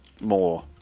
more